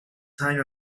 time